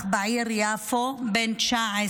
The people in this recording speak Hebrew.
נרצח, בעיר יפו, בן 19,